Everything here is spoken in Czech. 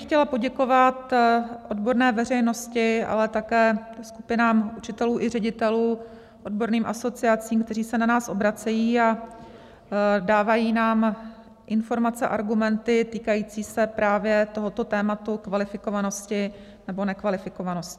Chtěla bych poděkovat odborné veřejnosti, ale také skupinám učitelů i ředitelů, odborným asociacím, kteří se na nás obracejí a dávají nám informace, argumenty týkající se právě tématu kvalifikovanosti nebo nekvalifikovanosti.